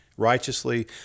righteously